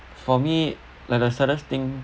for me like the saddest thing